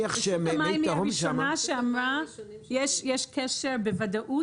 רשות המים היא הראשונה שאמרה שיש קשר בוודאות.